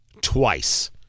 twice